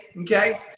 okay